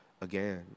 again